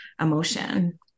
emotion